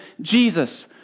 Jesus